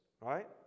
right